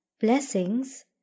blessings